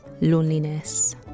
loneliness